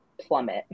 plummet